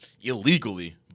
illegally